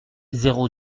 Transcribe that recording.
zéro